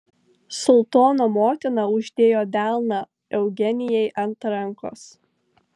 sultono motina uždėjo delną eugenijai ant rankos